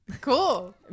cool